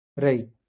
Right